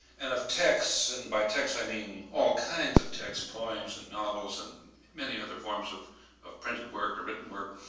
and of texts. and by texts i mean all kinds of texts, poems, and novels, and many other forms of of printed work or written work.